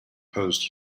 post